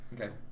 Okay